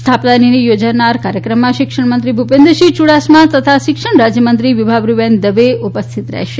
સ્થાપના દિને યોજાનાર કાર્યક્રમમાં શિક્ષણ મંત્રી ભુપેન્દ્રસિંહ યુડાસમા તથા શિક્ષણ રાજયમંત્રી વિભાવરીબેન દવેની ઉપસ્થિતિ રહેશે